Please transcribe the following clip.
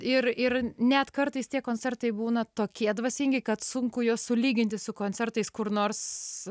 ir ir net kartais tie koncertai būna tokie dvasingi kad sunku juos sulyginti su koncertais kur nors